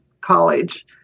college